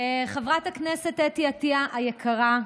חברת הכנסת אתי עטייה היקרה,